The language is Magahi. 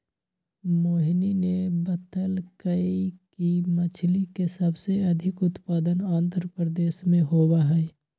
मोहिनी ने बतल कई कि मछ्ली के सबसे अधिक उत्पादन आंध्रप्रदेश में होबा हई